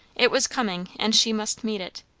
it was coming, and she must meet it,